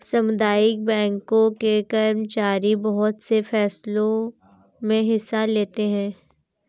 सामुदायिक बैंकों के कर्मचारी बहुत से फैंसलों मे हिस्सा लेते हैं